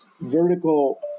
vertical